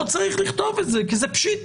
לא צריך לכתוב את זה כי זה פשיטא,